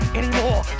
anymore